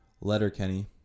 Letterkenny